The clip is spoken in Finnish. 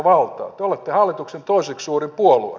te olette hallituksen toiseksi suurin puolue